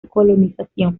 colonización